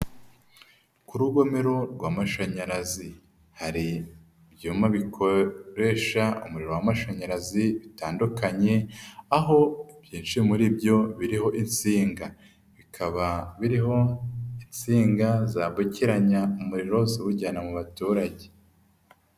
Ku rugomero rw'amashanyarazi, hari ibyuma bikoresha umuriro w'amashanyarazi bitandukanye, aho ibyinshi muri byo biriho insinga. Bikaba biriho, insinga zambukiranya umuriro ziwujyana mu baturage.